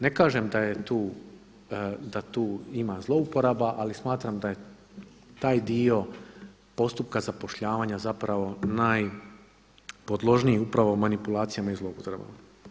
Ne kažem da tu ima zlouporaba, ali smatram da je taj dio postupka zapošljavanja zapravo najpodložniji upravo manipulacijama i zloupotrebama.